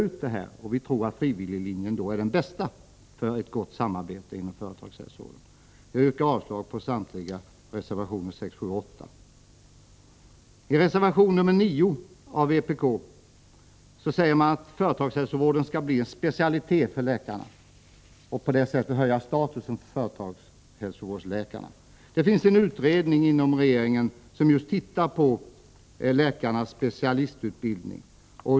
Vi tror därför att frivilliglinjen är den bästa för ett gott samarbete inom företagshälsovården. Jag yrkar avslag på reservationerna 6, 7 och 8. I reservation nr 9 av vpk föreslås att företagshälsovård skall bli en specialitet för läkarna. På det sättet kan man höja statusen för läkarna i företagshälsovården. Det finns en utredning inom regeringen som arbetar just med läkarnas specialistutbildning.